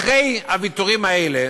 אחרי הוויתורים האלה,